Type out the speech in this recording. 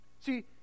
See